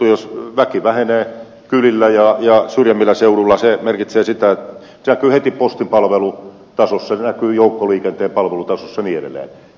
jos väki vähenee kylillä ja syrjemmillä seuduilla se merkitsee sitä että se näkyy heti postipalvelutasossa se näkyy joukkoliikenteen palvelutasossa ja niin edelleen